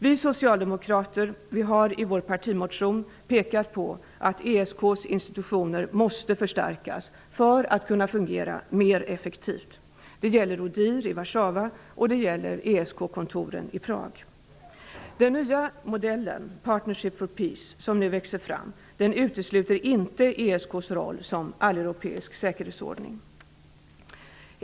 Vi socialdemokrater har i vår partimotion pekat på att ESK:s institutioner måste förstärkas för att kunna fungera mer effektivt -- det gäller ODIHR i Den nya modell, Partneship for Peace, som nu växer fram utesluter inte ESK:s roll som alleuropeisk säkerhetsordning.